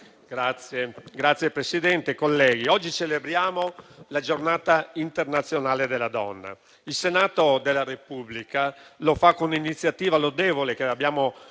Signor Presidente, colleghi, oggi celebriamo la Giornata internazionale della donna. Il Senato della Repubblica lo fa con l'iniziativa lodevole cui abbiamo appena